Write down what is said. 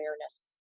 awareness